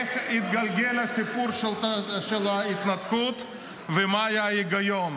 זה איך התגלגל הסיפור של ההתנתקות ומה היה ההיגיון.